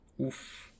Oof